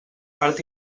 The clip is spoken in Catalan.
part